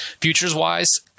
futures-wise